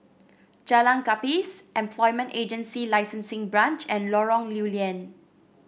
Jalan Gapis Employment Agency Licensing Branch and Lorong Lew Lian